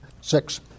Six